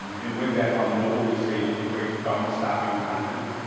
and with that on mobile we say you need to create thumb stopping content.